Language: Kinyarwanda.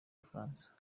bufaransa